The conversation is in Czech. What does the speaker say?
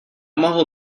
mohl